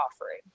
offering